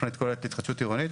תכנית כוללת התחדשות עירונית.